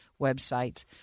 websites